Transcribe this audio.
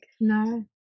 no